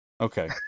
Okay